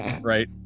right